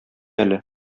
әле